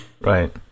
Right